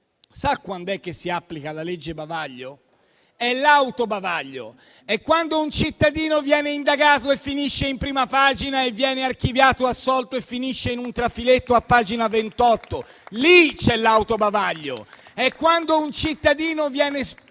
sa quando si applica la legge bavaglio? È l'auto bavaglio, è quando un cittadino viene indagato e finisce in prima pagina e quando viene archiviato e assolto e finisce in un trafiletto a pagina 28. Lì c'è l'auto bavaglio. È quando un cittadino viene